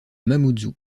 mamoudzou